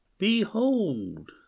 Behold